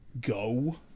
go